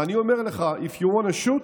ואני אומר לך, If you want to shoot,